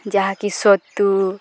ଯାହାକି ସତୁ